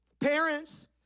Parents